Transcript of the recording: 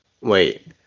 Wait